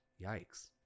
yikes